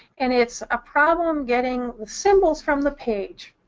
and it's a problem getting the symbols from the page.